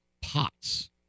pots